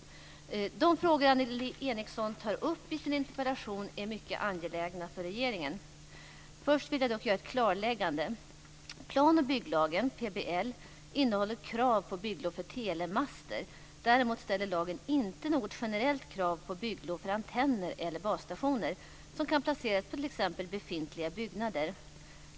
De frågor Annelie Enochson tar upp i sin interpellation är mycket angelägna för regeringen. Först vill jag göra ett klarläggande. Plan och bygglagen, PBL, innehåller krav på bygglov för telemaster. Däremot ställer lagen inte något generellt krav på bygglov för antenner eller basstationer, som kan placeras på t.ex. befintliga byggnader.